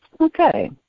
Okay